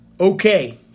Okay